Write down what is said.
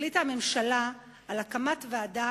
החליטה הממשלה על הקמת ועדה,